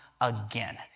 again